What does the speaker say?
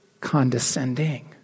condescending